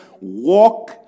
walk